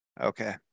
Okay